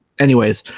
anyways